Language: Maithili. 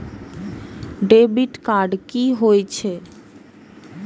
डेबिट कार्ड कि होई छै?